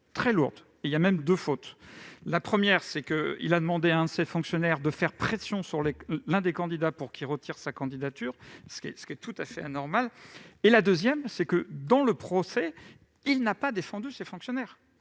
très lourde. Il y a même deux fautes. La première est qu'il a demandé à un fonctionnaire de faire pression sur l'un des candidats pour qu'il retire sa candidature, ce qui est tout à fait anormal. La deuxième est que, dans le procès, il n'a pas défendu ses fonctionnaires.